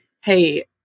hey